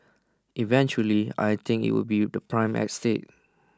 eventually I think IT will be the prime estate